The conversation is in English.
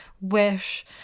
wish